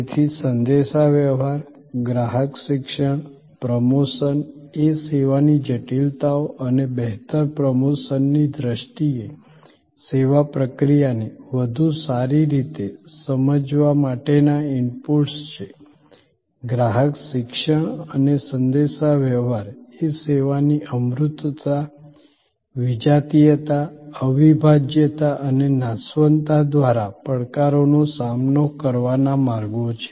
તેથી સંદેશાવ્યવહાર ગ્રાહક શિક્ષણ પ્રમોશન એ સેવાની જટિલતાઓ અને બહેતર પ્રમોશનની દ્રષ્ટિએ સેવા પ્રક્રિયાને વધુ સારી રીતે સમજવા માટેના ઇનપુટ્સ છે ગ્રાહક શિક્ષણ અને સંદેશાવ્યવહાર એ સેવાની અમૂર્તતા વિજાતીયતા અવિભાજ્યતા અને નાશવંતતા દ્વારા પડકારોનો સામનો કરવાના માર્ગો છે